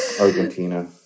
Argentina